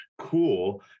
cool